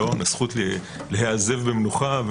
הזכות להיעזב במנוחה,